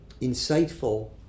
insightful